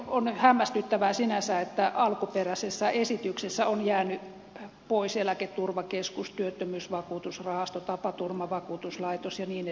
on hämmästyttävää sinänsä että alkuperäisestä esityksestä on jäänyt pois eläketurvakeskus työttömyysvakuutusrahasto tapaturmavakuutuslaitosten liitto ja niin edelleen